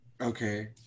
Okay